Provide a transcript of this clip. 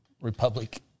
Republic